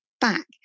back